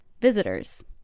visitors